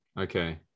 Okay